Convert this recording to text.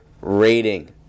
rating